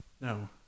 no